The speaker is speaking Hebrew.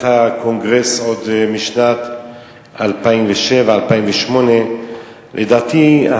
הקונגרס עוד משנת 2007 2008. לדעתי,